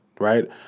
right